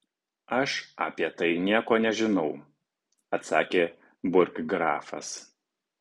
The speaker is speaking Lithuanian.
aš apie tai nieko nežinau atsakė burggrafas